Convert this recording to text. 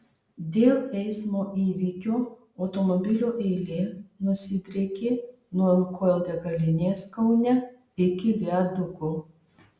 dėl eismo įvykio automobilio eilė nusidriekė nuo lukoil degalinės kaune iki viaduko